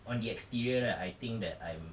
on the exterior right I think that I'm